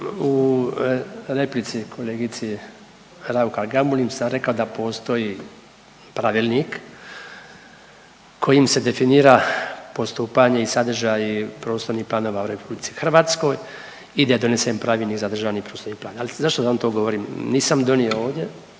U replici kolegici Raukar-Gamulin sam rekao da postoji Pravilnik kojim se definira postupanje i sadržaj prostornih planova u RH i gdje je donesen Pravilnik za državni prostorni plan, ali zašto vam to govorim? Nisam donio ovdje,